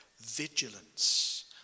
vigilance